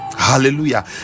Hallelujah